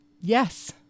Yes